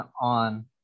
on